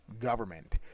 government